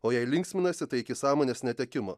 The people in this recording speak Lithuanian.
o jei linksminasi tai iki sąmonės netekimo